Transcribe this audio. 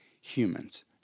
humans